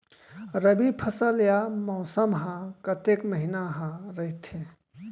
रबि फसल या मौसम हा कतेक महिना हा रहिथे?